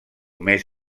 més